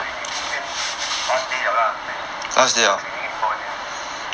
所以你今天 last day 了 lah so no more training anymore already ah